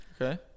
Okay